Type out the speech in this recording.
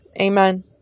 Amen